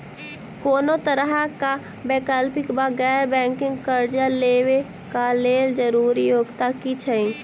कोनो तरह कऽ वैकल्पिक वा गैर बैंकिंग कर्जा लेबऽ कऽ लेल जरूरी योग्यता की छई?